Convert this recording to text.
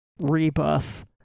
rebuff